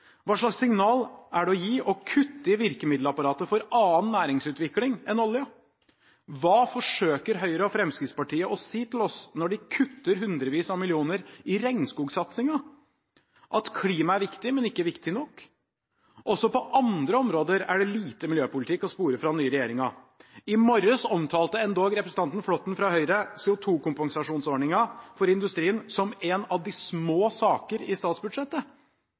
Hva slags signal er det å gi å kutte i virkemiddelapparatet for annen næringsutvikling enn oljen? Hva forsøker Høyre og Fremskrittspartiet å si til oss når de kutter hundrevis av millioner i regnskogsatsingen – at klima er viktig, men ikke viktig nok? Også på andre områder er det lite miljøpolitikk å spore fra den nye regjeringen. I morges omtalte endog representanten Flåtten fra Høyre CO2-kompensasjonsordningen for industrien som en av de små saker i statsbudsjettet.